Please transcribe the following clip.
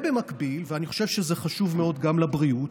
ובמקביל, ואני חושב שזה חשוב מאוד גם לבריאות,